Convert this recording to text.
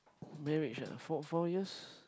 marriage ah four four years